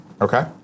Okay